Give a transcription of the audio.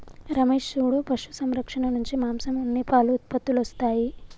రమేష్ సూడు పశు సంరక్షణ నుంచి మాంసం ఉన్ని పాలు ఉత్పత్తులొస్తాయి